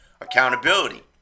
accountability